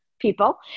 people